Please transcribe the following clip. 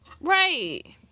Right